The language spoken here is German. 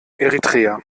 eritrea